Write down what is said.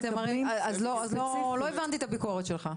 כן, אז לא הבנתי את הביקורת שלך.